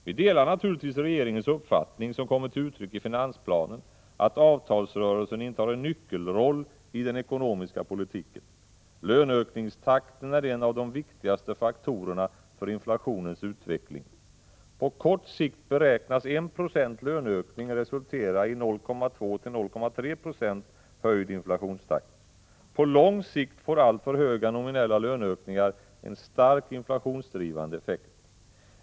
Vi delar naturligtvis regeringens uppfattning, som kommer till uttryck i finansplanen, att avtalsrörelsen intar en nyckelroll i den ekonomiska politiken. Löneökningstakten är en av de viktigaste faktorerna för inflationens utveckling. På kort sikt beräknas 1 96 löneökning resultera i 0,2—0,3 9o höjd inflationstakt. På lång sikt får alltför höga nominella löneökningar en starkt inflationsdrivande effekt.